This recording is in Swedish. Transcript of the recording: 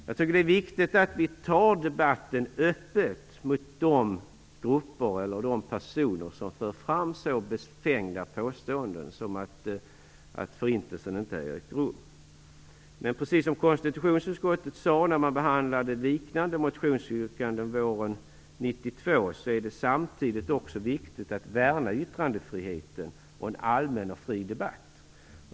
Jag tycker att det viktigt att det förs en öppen debatt med de grupper eller personer som för fram så befängda påståenden som att förintelsen inte har ägt rum. Men precis som konstitutionsutskottet sade när man behandlade liknande motionsyrkanden våren 1992 är det samtidigt också viktigt att värna yttrandefriheten och en allmän och fri debatt.